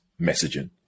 messaging